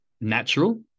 natural